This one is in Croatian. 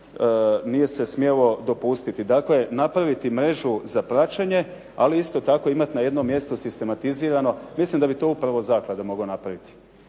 nije se smjelo dopustiti. Dakle, napraviti mrežu za praćenje, ali isto tako imati na jednom mjestu sistematizirano. Mislim da bi to upravo zaklada mogla napraviti